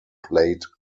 plate